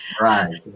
right